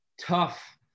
tough